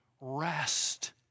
rest